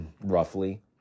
roughly